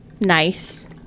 nice